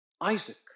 Isaac